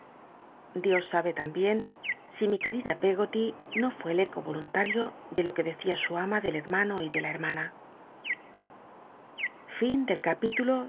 dios sabe tambien si mi querida peggoly no fué el eco oiuntario de lo c ue decía su ama del hermano y de la hemana in s